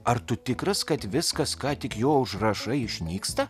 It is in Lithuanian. ar tu tikras kad viskas ką tik juo užrašai išnyksta